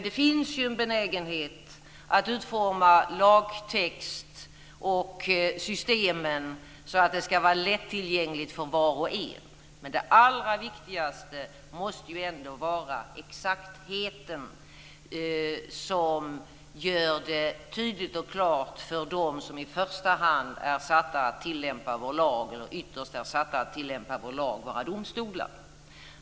Det finns en benägenhet att utforma lagtext och systemen så att det ska vara lättillgängligt för var och en, men det allra viktigaste måste ändå vara exaktheten, som gör det tydligt och klart för dem som ytterst är satta att tillämpa vår lag - våra domstolar.